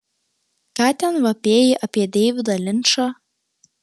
ką ten vapėjai apie deividą linčą